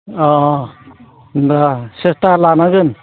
अ होमबा सेस्था लानांगोन